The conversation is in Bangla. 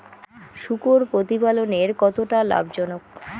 শূকর প্রতিপালনের কতটা লাভজনক?